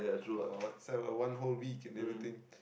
oh so a one whole week can everything